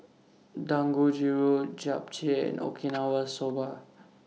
Dangojiru Japchae and Okinawa Soba